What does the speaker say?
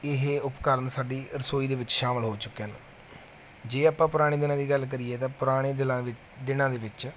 ਇਹ ਉਪਕਰਨ ਸਾਡੀ ਰਸੋਈ ਦੇ ਵਿੱਚ ਸ਼ਾਮਿਲ ਹੋ ਚੁੱਕੇ ਹਨ ਜੇ ਆਪਾਂ ਪੁਰਾਣੇ ਦਿਨਾਂ ਦੀ ਗੱਲ ਕਰੀਏ ਤਾਂ ਪੁਰਾਣੇ ਦਿਨਾਂ ਦਿਨਾਂ ਦੇ ਵਿੱਚ